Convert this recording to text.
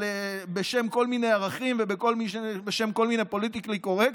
בשם כל מיני ערכים ובשם כל מיני פוליטיקלי קורקט,